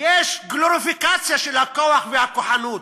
יש גלוריפיקציה של הכוח והכוחנות.